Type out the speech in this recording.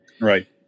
Right